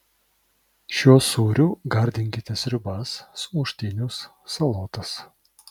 šiuo sūriu gardinkite sriubas sumuštinius salotas